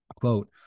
quote